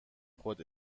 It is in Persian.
خود